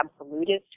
absolutist